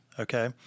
Okay